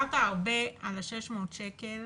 דיברת הרבה על ה-600 שקל